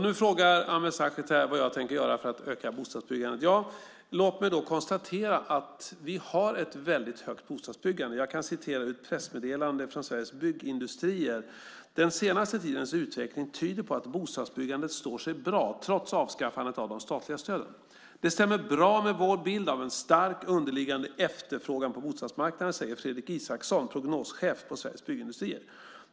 Nu frågar Ameer Sachet vad jag tänker göra för att öka bostadsbyggandet. Låt mig då konstatera att vi har ett väldigt högt bostadsbyggande. Jag kan citera ur ett pressmeddelande från Sveriges Byggindustrier: "Den senaste tidens utveckling tyder på att bostadsbyggandet står sig bra trots avskaffandet av de statliga stöden. Det stämmer bra med vår bild av en stark underliggande efterfrågan på bostadsmarknaden, säger Fredrik Isaksson, prognoschef på Sveriges Byggindustrier .